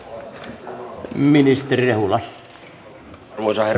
arvoisa herra puhemies